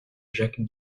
jacques